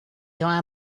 our